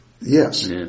Yes